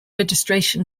registration